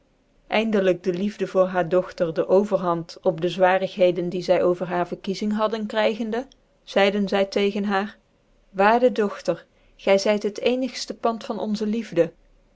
eindelijk de liefde vrhaar dogtcr de overhand op dc zwarigheden die zy over haar verkiezing hadden krygende zcidc zy tegen haar waarde dogter gy zyt het ccnigftc pand van onze liefde